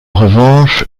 revanche